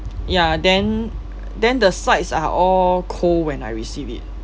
ya then then the sides are all cold when I receive it